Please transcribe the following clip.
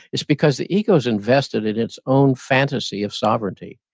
it's because the ego is invested in its own fantasy of sovereignty.